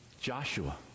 Joshua